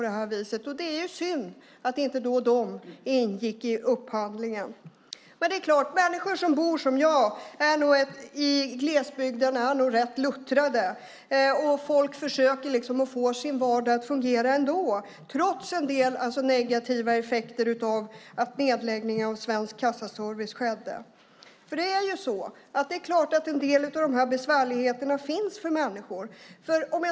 Det är synd att de inte ingick i upphandlingen. Människor som liksom jag bor i glesbygden är nog rätt luttrade. Folk försöker få sin vardag att fungera trots en del negativa effekter av nedläggningen av Svensk Kassaservice. Det är en del besvärligheter.